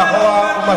יש לובי מאחור.